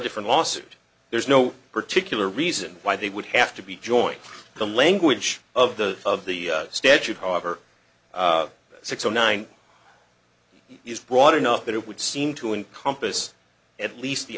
different lawsuit there's no particular reason why they would have to be joining the language of the of the statute however six zero nine it is broad enough that it would seem to encompass at least the